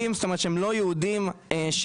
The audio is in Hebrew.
לא יהודים.